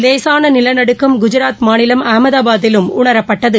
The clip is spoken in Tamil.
லேசானநிலநடுக்கம் குஜராத் மாநிலம் அகமதாபாத்திலும் உணரப்பட்டது